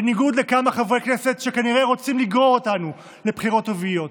בניגוד לכמה חברי כנסת שכנראה רוצים לגרור אותנו לבחירות רביעיות,